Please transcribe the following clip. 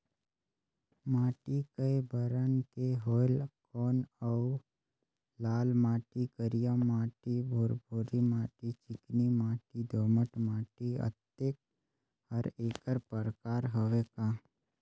माटी कये बरन के होयल कौन अउ लाल माटी, करिया माटी, भुरभुरी माटी, चिकनी माटी, दोमट माटी, अतेक हर एकर प्रकार हवे का?